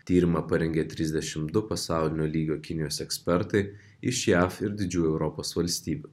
tyrimą parengę trisdešimt du pasaulinio lygio kinijos ekspertai iš jav ir didžiųjų europos valstybių